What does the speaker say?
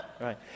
right